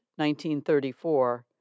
1934